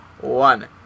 one